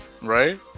right